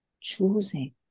choosing